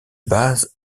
base